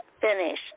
finish